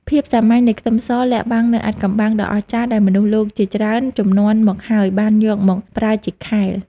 ភាពសាមញ្ញនៃខ្ទឹមសលាក់បាំងនូវអាថ៌កំបាំងដ៏អស្ចារ្យដែលមនុស្សលោកជាច្រើនជំនាន់មកហើយបានយកមកប្រើជាខែល។